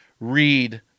read